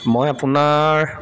মই আপোনাৰ